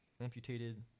Amputated